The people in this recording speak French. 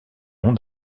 nom